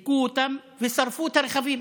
הכו אותם, שרפו את הרכבים